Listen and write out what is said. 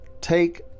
take